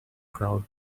crowd